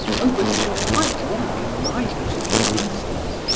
oh, but you're quite wrong in my particular instance,